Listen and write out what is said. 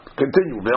continue